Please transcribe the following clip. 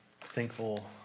thankful